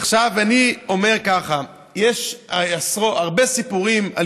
עכשיו אני אומר ככה: יש הרבה סיפורים על